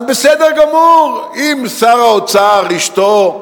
אז בסדר גמור, אם שר האוצר, אשתו,